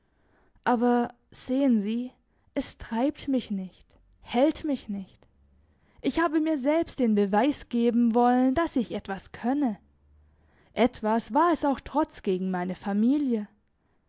aber sehen sie es treibt mich nicht hält mich nicht ich habe mir selbst den beweis geben wollen dass ich etwas könne etwas war es auch trotz gegen meine familie